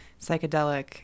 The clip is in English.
psychedelic